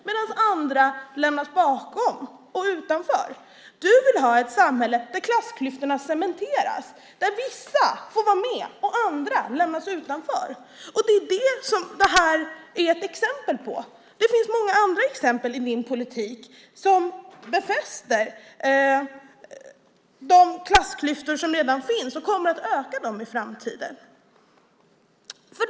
Andra däremot lämnas bakom, utanför. Du vill ha ett samhälle där klassklyftorna cementeras, där vissa får vara med och andra lämnas utanför. Det är det som det här är ett exempel på. Det finns många andra exempel i din politik som befäster de klassklyftor som redan finns och som kommer att öka dessa i framtiden.